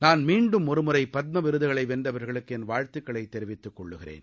நாள் மீண்டும் ஒருமுறை பத்ம விருதுகளை வென்றவர்களுக்கு என் வாழ்த்துக்களைத் தெரிவித்துக் கொள்கிறேன்